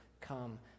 come